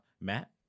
Matt